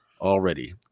already